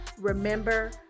remember